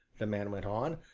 the man went on,